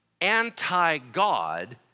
anti-God